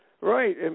right